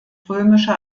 römische